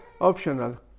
optional